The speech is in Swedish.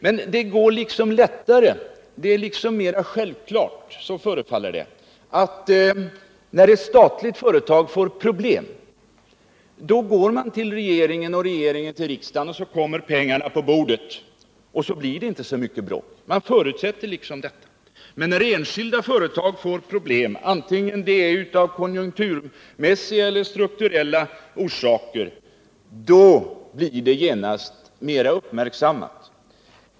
Men det går liksom lättare, det förefaller vara mera självklart, att när ett statligt företag får problem vänder det sig till regeringen, varefter denna i sin tur vänder sig till riksdagen. Och så kommer pengarna på bordet. Då blir det inte så mycket bråk. Man liksom förutsätter detta. Men när enskilda företag får problem —-det må vara av konjunkturmässiga eller strukturella orsaker — blir det genast mera uppmärksammat.